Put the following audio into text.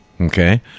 okay